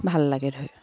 ভাল লাগে ধৰি